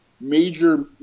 major